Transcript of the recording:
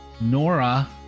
Nora